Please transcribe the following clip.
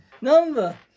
Number